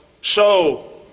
show